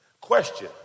Question